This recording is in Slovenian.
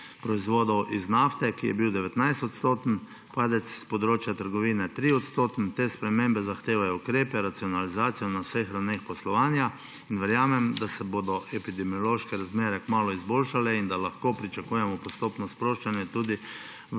proizvodov iz nafte, kjer je bil 19-odstotni padec, s področja trgovine 3-odstotni. Te spremembe zahtevajo ukrepe, racionalizacijo na vseh ravneh poslovanja. Verjamem, da se bodo epidemiološke razmere kmalu izboljšale in da lahko pričakujemo postopno sproščanje v